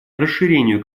расширению